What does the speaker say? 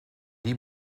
die